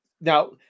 now